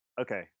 Okay